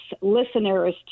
listeners